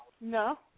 No